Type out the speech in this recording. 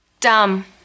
Dumb